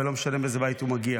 ולא משנה מאיזה בית הוא מגיע.